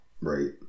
Right